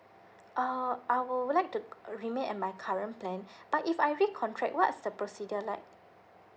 uh I would like to uh remain at my current plan but if I recontract what's the procedure like